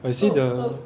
I see the